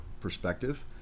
perspective